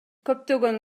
көптөгөн